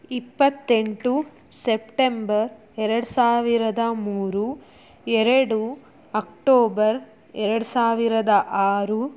ಇಪ್ಪತ್ತೆಂಟು ಸೆಪ್ಟೆಂಬರ್ ಎರಡು ಸಾವಿರದ ಮೂರು ಎರಡು ಅಕ್ಟೋಬರ್ ಎರಡು ಸಾವಿರದ ಆರು